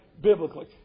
biblically